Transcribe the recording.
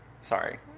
sorry